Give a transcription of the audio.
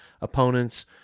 opponents